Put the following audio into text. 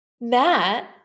Matt